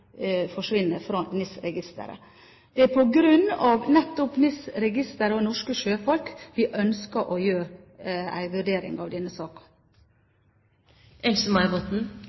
forsvinner fra NIS. Det er nettopp på grunn av NIS og norske sjøfolk vi ønsker å gjøre en vurdering av denne